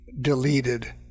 deleted